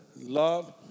love